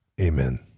Amen